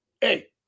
Hey